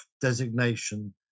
designation